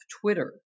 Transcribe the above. Twitter